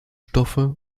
stoffe